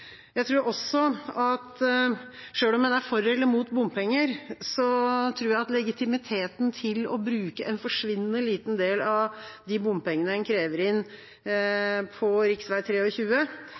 Jeg tror også – selv om man er for eller mot bompenger – at legitimiteten er ganske høy for å bruke en forsvinnende liten del av de bompengene en krever inn på